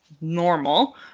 normal